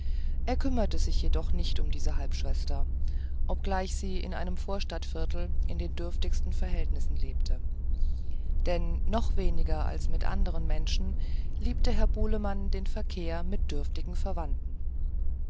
er kümmerte sich jedoch nicht um diese halbschwester obgleich sie in einem vorstadtviertel in den dürftigsten verhältnissen lebte denn noch weniger als mit anderen menschen liebte herr bulemann den verkehr mit dürftigen verwandten